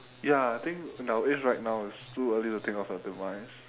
ya I think at our age right now it's too early to think of our demise